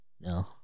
No